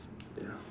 ya